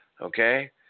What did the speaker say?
okay